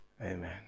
Amen